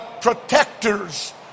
protectors